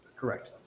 Correct